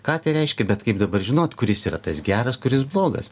ką tai reiškia bet kaip dabar žinot kuris yra tas geras kuris blogas